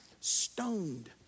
stoned